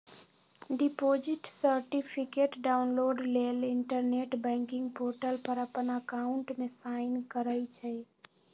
deposit certificate download लेल internet banking portal पर अप्पन अकाउंट में साइन करइ छइ